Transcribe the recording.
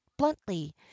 bluntly